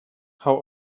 how